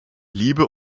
liebe